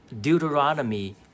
Deuteronomy